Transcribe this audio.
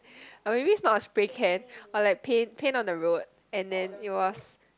or maybe it's not a spray can or like paint paint on the road and then it was